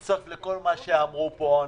לכל מה שאמרו פה לפני.